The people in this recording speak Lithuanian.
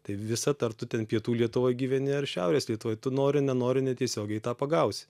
tai visa ta ar tu ten pietų lietuvoj gyveni ar šiaurės lietuvoj tu nori nenori netiesiogiai tą pagausi